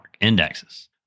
indexes